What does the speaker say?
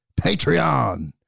Patreon